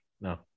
No